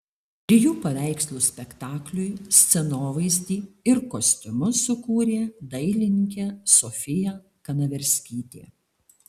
trijų paveikslų spektakliui scenovaizdį ir kostiumus sukūrė dailininkė sofija kanaverskytė